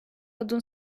odun